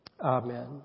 Amen